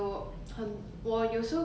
romance 那种 hor